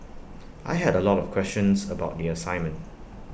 I had A lot of questions about the assignment